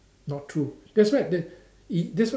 not true that's why that E that's why